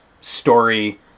story